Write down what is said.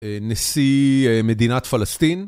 נשיא מדינת פלסטין.